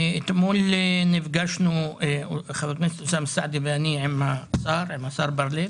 אתמול נפגשנו אוסאמה סעדי עם השר בר לב,